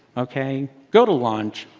ok? go to lunch.